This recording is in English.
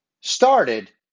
started